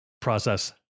process